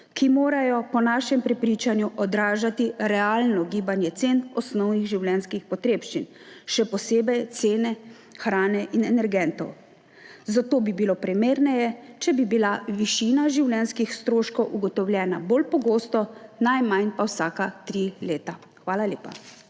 ki morajo po našem prepričanju odražati realno gibanje cen osnovnih življenjskih potrebščin, še posebej cene hrane in energentov. Zato bi bilo primerneje, če bi bila višina življenjskih stroškov ugotovljena bolj pogosto, najmanj pa vsaka tri leta. Hvala lepa.